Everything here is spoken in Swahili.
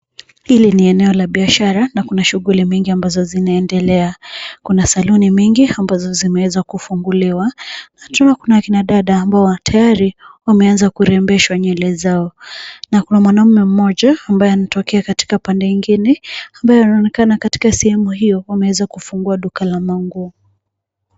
Hili ni eneo la biashara na kuna shughuli mingi ambazo zinaendelea. Kuna saluni mingi ambazo zimeweza kufunguliwa na tunaona kuna kina dada ambao tayari wameanza kurembeshwa nywele zao, na kuna mwanaume mmoja ambaye anatokea katika pande ingine ambaye anaonekana katika sehemu hiyo kuwa ameweza kufungua duka la manguo.